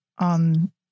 on